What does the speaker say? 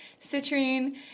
citrine